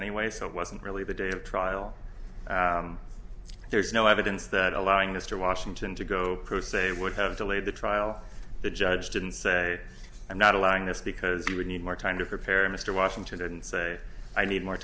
anyway so it wasn't really the day of trial there is no evidence that allowing mr washington to go pro se would have delayed the trial the judge didn't say and not allowing this because he would need more time to prepare a mr washington and say i need more